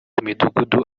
midugudu